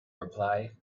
reply